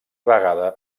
vegada